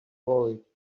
worried